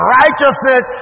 righteousness